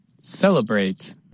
celebrate